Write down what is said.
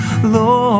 Lord